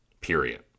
period